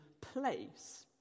place